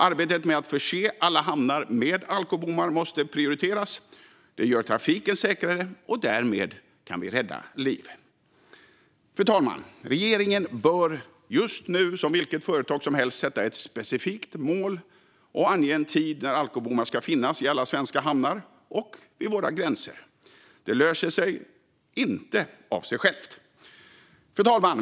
Arbetet med att förse alla hamnar med alkobommar måste prioriteras. Det gör trafiken säkrare, och därmed kan vi rädda liv. Regeringen bör just nu som vilket företag som helst sätta ett specifikt mål och ange en tid när alkobommar ska finnas i alla svenska hamnar och vid våra gränser. Det löser sig inte av sig självt. Fru talman!